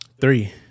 Three